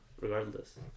regardless